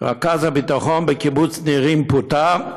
רכז הביטחון בקיבוץ נירים פוטר,